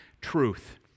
truth